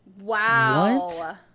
Wow